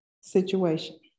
situation